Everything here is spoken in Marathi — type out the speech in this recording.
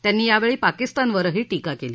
त्यांनी यावेळी पाकिस्तानवरही टीका केली